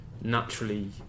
naturally